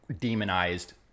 demonized